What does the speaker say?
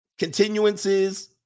Continuances